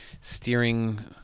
steering